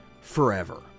forever